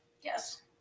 Yes